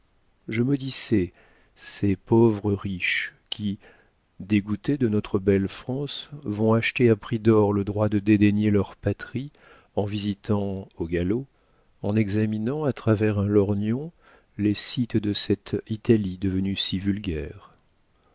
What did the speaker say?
je maudissais ces pauvres riches qui dégoûtés de notre belle france vont acheter à prix d'or le droit de dédaigner leur patrie en visitant au galop en examinant à travers un lorgnon les sites de cette italie devenue si vulgaire